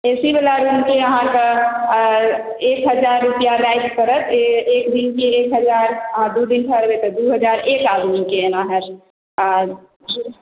ए C बला room के अहाँकेॅं एक हजार रुपआ राति पड़त एक दिन के एक हजार आ दू दिन भय गेलै तऽ दू हजार एक आदमी के हैत आ